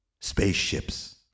spaceships